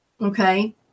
okay